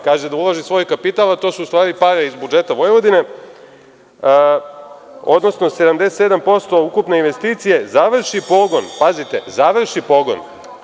Kaže da ulaže svoj kapital, a to su u stvari pare iz budžeta Vojvodine, odnosno 77% ukupne investicije završi pogon, pazite, završi pogon.